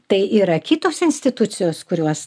tai yra kitos institucijos kurios